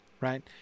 right